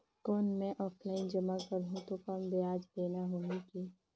कौन मैं ऑफलाइन जमा करहूं तो कम ब्याज देना होही की?